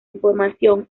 información